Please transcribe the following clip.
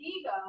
ego